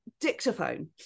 dictaphone